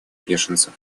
беженцев